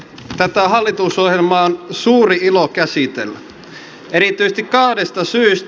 tätä hallitusohjelmaa on suuri ilo käsitellä erityisesti kahdesta syystä